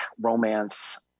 romance